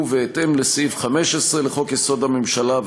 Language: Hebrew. ובהתאם לסעיף 15 לחוק-יסוד: הממשלה,